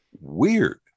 weird